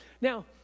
Now